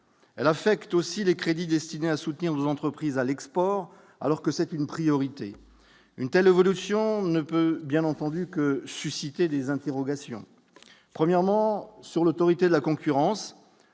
elle affecte aussi les crédits destinés à soutenir les entreprises à l'export, alors que c'est une priorité, une telle évolution ne peut bien entendu que susciter des interrogations, premièrement sur l'autorité de la concurrence,